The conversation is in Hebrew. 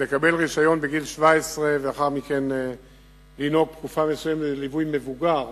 לקבל רשיון בגיל 17 ולאחר מכן לנהוג תקופה מסוימת בליווי מבוגר,